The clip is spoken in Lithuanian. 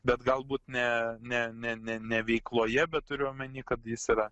bet galbūt ne ne ne ne ne veikloje bet turiu omeny kad jis yra